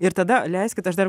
ir tada leiskit aš dar